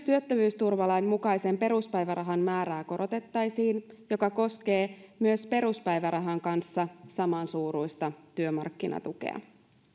työttömyysturvalain mukaisen peruspäivärahan määrää korotettaisiin mikä koskee myös peruspäivärahan kanssa samansuuruista työmarkkinatukea